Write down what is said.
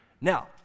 Now